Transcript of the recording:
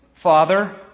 Father